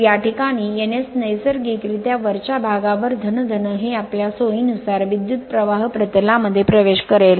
तर या प्रकरणात हे N S नैसर्गिकरित्या वरच्या भागावर आहे हे आपल्या सोयीनुसार विद्युत प्रवाह प्रतलामध्ये प्रवेश करेल